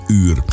uur